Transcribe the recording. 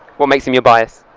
what makes him your bias?